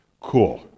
Cool